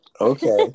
Okay